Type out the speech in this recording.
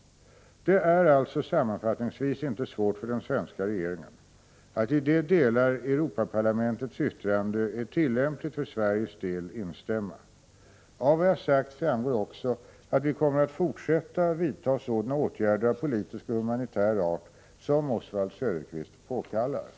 Det är alltså sammanfattningsvis inte svårt för den svenska regeringen att instämma i de delar som Europaparlamentets yttrande är tillämpligt på Sverige. Av vad jag sagt framgår också att vi kommer att fortsätta vidta sådana åtgärder av politisk och humanitär art som Oswald Söderqvist påkallar.